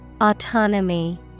Autonomy